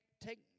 take